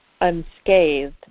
unscathed